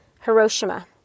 Hiroshima